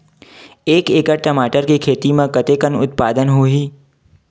एक एकड़ टमाटर के खेती म कतेकन उत्पादन होही?